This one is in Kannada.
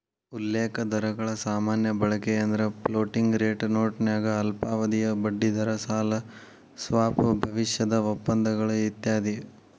ಉಲ್ಲೇಖ ದರಗಳ ಸಾಮಾನ್ಯ ಬಳಕೆಯೆಂದ್ರ ಫ್ಲೋಟಿಂಗ್ ರೇಟ್ ನೋಟನ್ಯಾಗ ಅಲ್ಪಾವಧಿಯ ಬಡ್ಡಿದರ ಸಾಲ ಸ್ವಾಪ್ ಭವಿಷ್ಯದ ಒಪ್ಪಂದಗಳು ಇತ್ಯಾದಿ